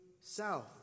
south